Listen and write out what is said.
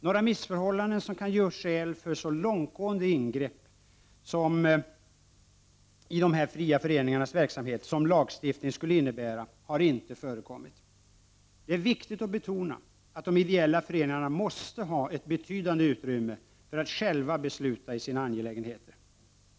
Några missförhållanden som kan ge oss skäl för så långtgående ingrepp i dessa fria föreningars verksamhet som en lagstiftning skulle innebära har inte förekommit. Det är viktigt att betona att de ideella organisationerna måste ha ett betydande utrymme för att själva besluta i sina angelägenheter.